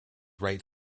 right